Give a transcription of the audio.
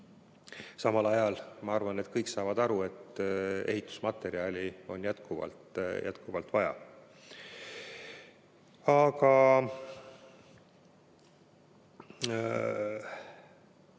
Samal ajal ma arvan, et kõik saavad aru, et ehitusmaterjali on jätkuvalt vaja. Aga